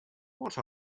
what